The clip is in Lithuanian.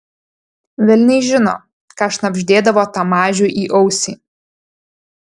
velniai žino ką šnabždėdavo tam mažiui į ausį